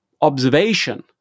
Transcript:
observation